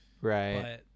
right